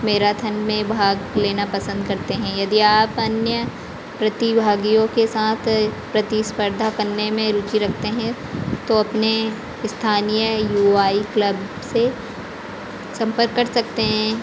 marathon में भाग लेना पसंद करते हैं यदि आप अन्य प्रतिभागियों के साथ प्रतिस्पर्धा करने में रुचि रखते हैं तो अपने स्थानीय यू आई क्लब से सम्पर्क कर सकते हैं